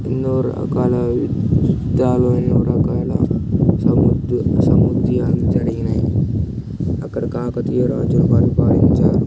ఎన్నో రకాల యుద్దాలు ఎన్నో రకాల సముద్యాలు సముద్యమాలు జరిగినాయి అక్కడ కాకతీయ రాజులు పరిపాలించారు